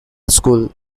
school